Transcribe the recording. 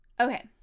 okay